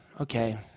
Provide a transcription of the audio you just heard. Okay